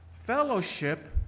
fellowship